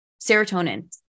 serotonin